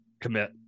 Commit